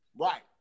Right